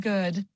Good